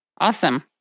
Awesome